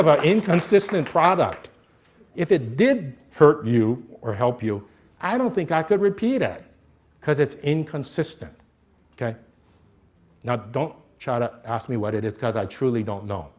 about inconsistent product if it did hurt you or help you i don't think i could repeat it because it's inconsistent not don't cha to ask me what it is because i truly don't know